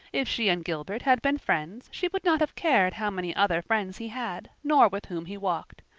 if she and gilbert had been friends she would not have cared how many other friends he had nor with whom he walked.